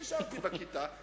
אנחנו באנו אליו הביתה.